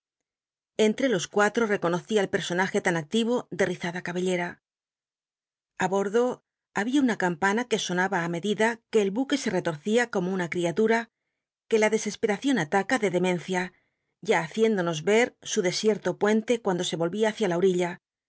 tre los cuatao reconocí al pea sonaje tan activo de rizada cabellera a bordo babia una campana que sonaba á medida ji e el buque se retorcía como una criatura que la dcscsperacion ataca de demencia ya haciéndonos ycr su desierto puente cuando se volria hücia la ol'illa